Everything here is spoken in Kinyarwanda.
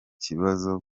kibazo